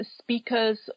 speakers